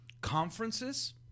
conferences